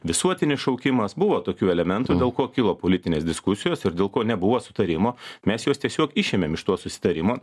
visuotinis šaukimas buvo tokių elementų dėl ko kilo politinės diskusijos ir dėl ko nebuvo sutarimo mes juos tiesiog išėmėm iš to susitarimo